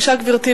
בבקשה, גברתי.